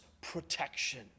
protection